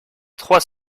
trois